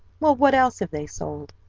well, what else have they sold?